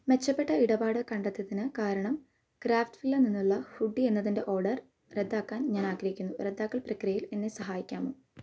മെച്ചപ്പെട്ട ഇടപാട് കണ്ടെത്തിയതിന് കാരണം ക്രാഫ്റ്റ്സ് വില്ല യിൽ നിന്നുള്ള ഹൂഡി എന്നതിൻ്റെ ഓർഡർ റദ്ദാക്കാൻ ഞാൻ ആഗ്രഹിക്കുന്നു റദ്ദാക്കൽ പ്രക്രിയയിൽ എന്നെ സഹായിക്കാമോ